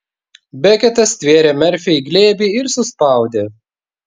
beketas stvėrė merfį į glėbį ir suspaudė